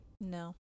No